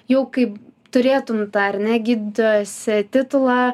jau kaip turėtum tą ar ne gydytojos titulą